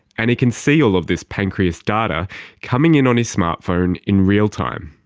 and he can see all of this pancreas data coming in on his smartphone in real time.